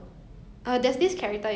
so !huh! so they just